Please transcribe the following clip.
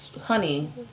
honey